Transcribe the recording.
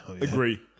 agree